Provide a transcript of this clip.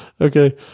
Okay